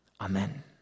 Amen